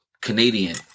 Canadian